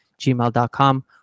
gmail.com